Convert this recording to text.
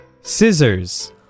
Scissors